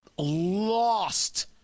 lost